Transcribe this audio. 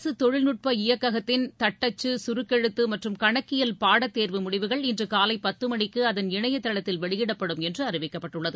அரசு தொழில்நுட்ப இயக்ககத்தின் தட்டச்சு கருக்கெழுத்து மற்றும் கணக்கியல் பாடத்தேர்வு முடிவுகள் இன்று காலை பத்து மணிக்கு அதன் இணையதளத்தில் வெளியிடப்படும் என்று அறிவிக்கப்பட்டுள்ளது